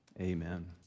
Amen